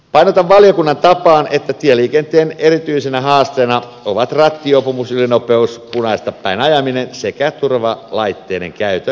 painotan valiokunnan tapaan että tieliikenteen erityisenä haasteena ovat rattijuopumus ylino peus punaista päin ajaminen sekä turvalaitteiden käytön laiminlyönti